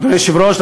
אדוני היושב-ראש,